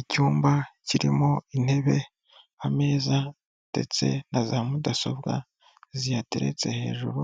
Icyumba kirimo intebe, ameza ndetse na za mudasobwa ziyateretse hejuru